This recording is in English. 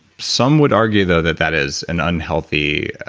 some would argue though, that that is an unhealthy